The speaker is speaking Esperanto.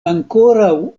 ankoraŭ